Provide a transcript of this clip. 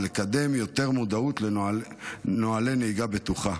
ולקדם יותר מודעות לנוהלי נהיגה בטוחה.